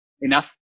enough